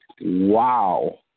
wow